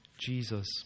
Jesus